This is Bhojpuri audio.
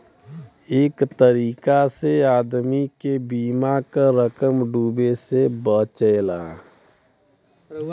एक तरीका से आदमी के बीमा क रकम डूबे से बचला